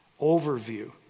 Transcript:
overview